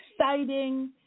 exciting